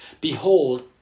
behold